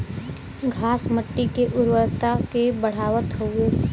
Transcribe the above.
घास मट्टी के उर्वरता के बढ़ावत हउवे